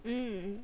mm